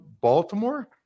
Baltimore –